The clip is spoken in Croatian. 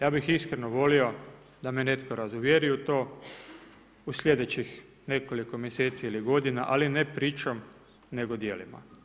Ja bih iskreno volio da me netko razuvjeri u to u slijedeći nekoliko mjeseci ili godina ali ne pričom nego djelima.